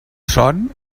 son